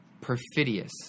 Perfidious